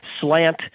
slant